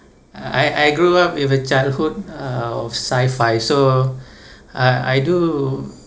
I I grew up with a childhood uh of sci-fi so uh I do